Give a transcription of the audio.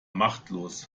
machtlos